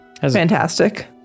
Fantastic